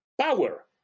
power